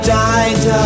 died